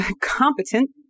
competent